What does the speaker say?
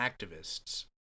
activists